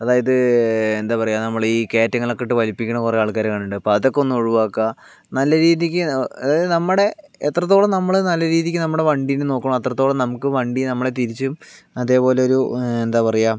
അതായത് എന്താ പറയുക നമ്മളീ കേറ്റങ്ങളിലക്കെ ഇട്ട് വലിപ്പിക്കുന്ന കുറേ ആൾക്കാരെ കണ്ടിട്ടുണ്ട് അപ്പൊ അതൊക്കെ ഒന്ന് ഒഴിവാക്ക നല്ല രീതിയ്ക്ക് അതായത് നമ്മടെ എത്രത്തോളം നമ്മള് നല്ല രീതീല് നമ്മടെ വണ്ടിനെ നോക്കുന്നൊ അത്രത്തോളം നമക്ക് വണ്ടി നമ്മളെ തിരിച്ചും അതേപോലൊരു എന്താ പറയ